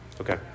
Okay